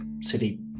city